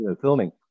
filming